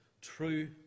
true